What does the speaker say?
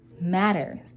matters